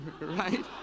Right